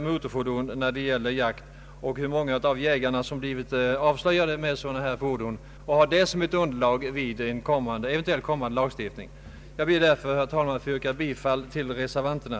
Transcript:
motorfordon använts vid jakt och hur många jägare som blivit avslöjade med sådana fordon och ha detta som underlag vid en eventuell kommande lagstiftning. Jag ber därför, herr talman, att få yrka bifall till reservationen.